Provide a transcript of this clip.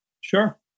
Sure